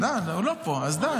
הוא לא פה, אז די.